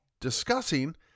discussing